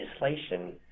legislation